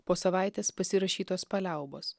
po savaitės pasirašytos paliaubos